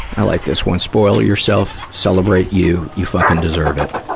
i like this one. spoil yourself. celebrate you. you fucking deserve it.